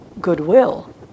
goodwill